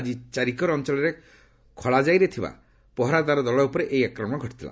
ଆଜି ଚାରିକର୍ ଅଞ୍ଚଳରେ ଖଳାଜାଇରେ ଥିବା ପହରାଦାର ଦଳ ଉପରେ ଏହି ଆକ୍ରମଣ ଘଟିଥିଲା